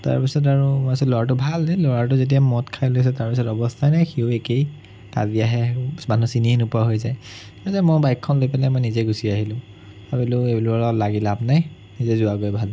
তাৰপিছত আৰু মই ভাবিছোঁ ল'ৰাটো ভাল ল'ৰাটো যেতিয়া মদ খাই লৈছে তাৰপিছত অৱস্থাই নাই সিও একেই কাজিয়াহে মানুহ চিনিয়ে নোপোৱা হৈ যায় তাৰপিছত মই বাইকখন লৈ পেলাই মই নিজে গুছি আহিলোঁ ভাবিলোঁ এইবোৰৰ লগত লাগি লাভ নাই নিজে যোৱাগৈয়ে ভাল